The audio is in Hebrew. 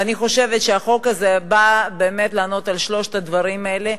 ואני חושבת שהחוק הזה בא באמת לענות על שלושת הדברים האלה,